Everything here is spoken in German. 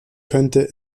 könnte